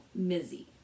Mizzy